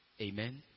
Amen